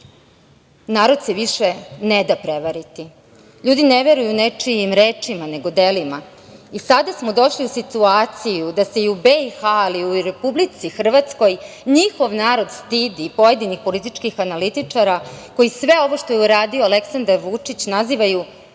se više neda prevariti. Ljudi ne veruju nečijim rečima, nego delima. Sada smo došli u situaciju da se u Bih, ali i u Republici Hrvatskoj njihov narod stidi pojedinih političkih analitičara koji sve ovo što je uradio Aleksandar Vučić nazivaju